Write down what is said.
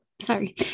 sorry